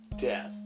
death